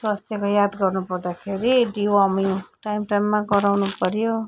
स्वास्थ्यको याद गर्नु पर्दाखेरि डिवोर्मिङ टाइम टाइममा गराउनु पऱ्यो